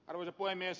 arvoisa puhemies